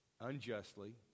unjustly